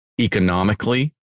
economically